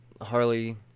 Harley